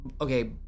Okay